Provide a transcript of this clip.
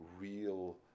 real